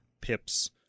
pips